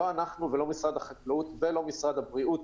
לא אנחנו ולא משרד החקלאות ולא משרד הבריאות